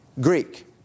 Greek